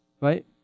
right